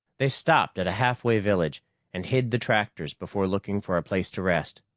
they stopped at a halfway village and hid the tractors before looking for a place to rest.